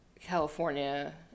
california